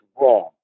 wrong